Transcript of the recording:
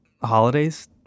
holidays